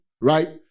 right